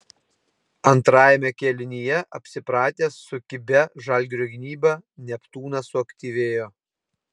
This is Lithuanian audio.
antrajame kėlinyje apsipratęs su kibia žalgirio gynyba neptūnas suaktyvėjo